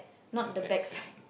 the back side